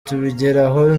tubigeraho